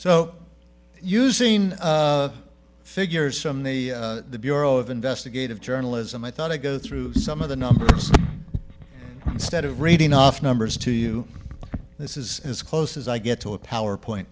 so using figures from the bureau of investigative journalism i thought i'd go through some of the numbers instead of reading off numbers to you this is as close as i get to a power point